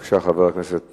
בבקשה, חבר הכנסת